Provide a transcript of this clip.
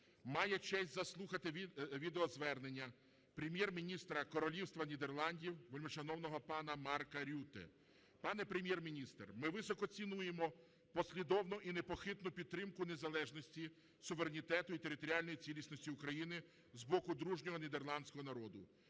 має честь заслухати відеозвернення Прем'єр-міністра Королівства Нідерландів вельмишановного пана Марка Рютте. Пане Прем'єр-міністр, ми високо цінуємо послідовну і непохитну підтримку незалежності, суверенітету і територіальної цілісності України з боку дружнього нідерландського народу.